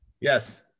Yes